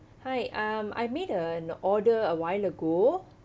hi um I make uh an order a while ago